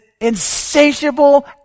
insatiable